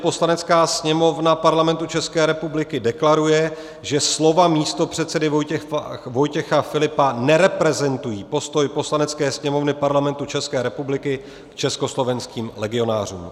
Poslanecká sněmovna Parlamentu České republiky deklaruje, že slova místopředsedy Vojtěcha Filipa nereprezentují postoj Poslanecké sněmovny Parlamentu České republiky k československým legionářům.